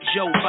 Joe